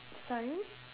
sorry